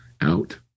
out